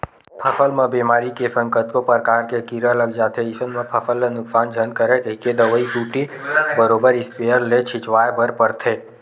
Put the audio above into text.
फसल म बेमारी के संग कतको परकार के कीरा लग जाथे अइसन म फसल ल नुकसान झन करय कहिके दवई बूटी बरोबर इस्पेयर ले छिचवाय बर परथे